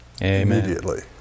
immediately